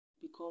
become